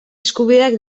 eskubideak